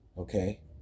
Okay